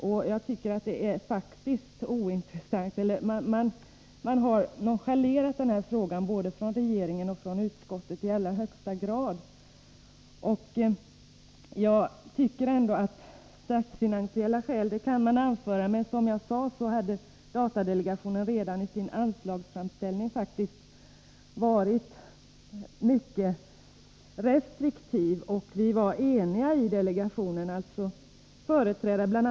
Både regeringen och utskottet har nonchalerat denna fråga i allra högsta grad. Statsfinansiella skäl kan man anföra, men som jag sade hade datadelagationen redan i sin anslagsframställning faktiskt varit mycket restriktiv. Vi var i delegationen eniga om detta beslut.